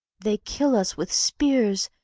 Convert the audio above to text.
they kill us with spears,